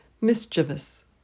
mischievous